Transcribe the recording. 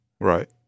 Right